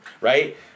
right